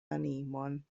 animon